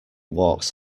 walks